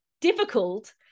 difficult